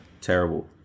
Terrible